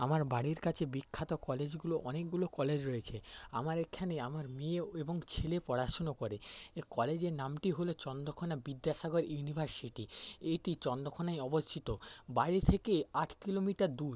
আমার বাড়ির কাছে বিখ্যাত কলেজগুলো অনেকগুলো কলেজ রয়েছে আমার এখানে আমার মেয়ে এবং ছেলে পড়াশুনা করে কলেজের নামটি হলো চন্দ্রকোনা বিদ্যাসাগর ইউনিভার্সিটি এটি চন্দ্রকোনায় অবস্থিত বাড়ি থেকে আট কিলোমিটার দূর